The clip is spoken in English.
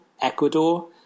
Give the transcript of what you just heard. Ecuador